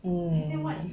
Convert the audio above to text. mm